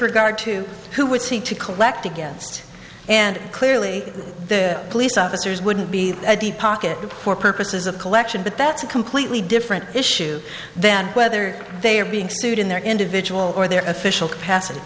regard to who would seek to collect against and clearly the police officers wouldn't be at the pocket for purposes of collection but that's a completely different issue than whether they are being sued in their individual or their official capacity